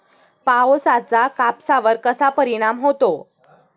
पावसाचा कापसावर कसा परिणाम होतो?